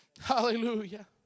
Hallelujah